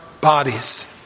bodies